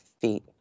feet